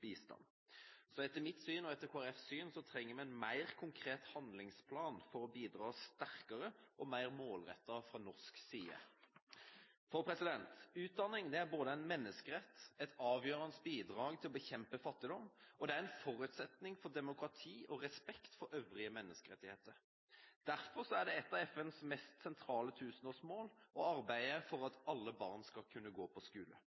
Etter mitt syn og etter Kristelig Folkepartis syn trenger vi en mer konkret handlingsplan for å bidra sterkere og mer målrettet fra norsk side. Utdanning er både en menneskerett og et avgjørende bidrag til å bekjempe fattigdom, og det er en forutsetning for demokrati og respekt for øvrige menneskerettigheter. Derfor er et av FNs mest sentrale tusenårsmål å arbeide for at alle barn skal kunne gå på skole.